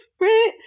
right